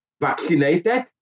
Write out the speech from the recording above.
vaccinated